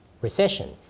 recession